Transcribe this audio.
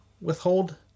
withhold